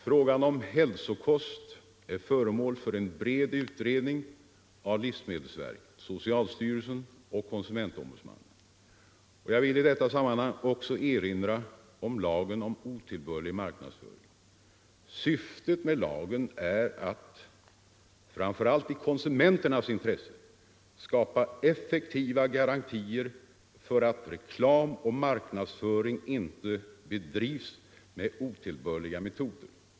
Frågan om hälsokost är föremål för en bred utredning av livsmedelsverket, socialstyrelsen och konsumentombudsmannen. Jag vill i detta sammanhang också erinra om lagen om otillbörlig marknadsföring. Syftet med lagen är att, framför allt i konsumenternas intresse, skapa effektiva garantier för att reklam och marknadsföring inte bedrivs med otillbörliga metoder.